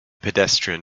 pedestrian